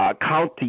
county